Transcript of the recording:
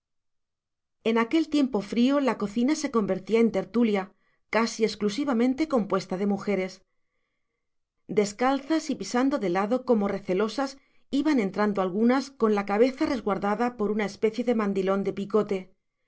en aquel tiempo frío la cocina se convertía en tertulia casi exclusivamente compuesta de mujeres descalzas y pisando de lado como recelosas iban entrando algunas con la cabeza resguardada por una especie de mandilón de picote